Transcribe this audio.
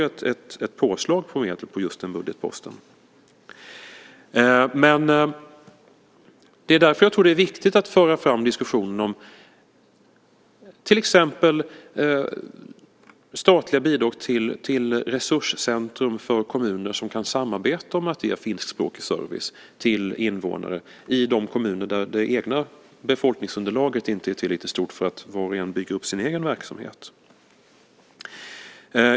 Vi har ett påslag på just den budgetposten. Det är därför jag tror att det är viktigt att föra fram diskussionen om till exempel statliga bidrag till resurscentrum för kommuner som kan samarbeta om att ge finskspråkig service till invånare i de kommuner där det egna befolkningsunderlaget inte är tillräckligt stort för att var och en bygger upp sin egen verksamhet.